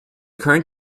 current